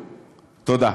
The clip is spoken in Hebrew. תודה.